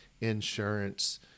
insurance